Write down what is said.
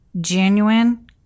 genuine